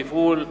תפעול,